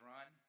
Run